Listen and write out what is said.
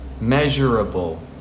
Measurable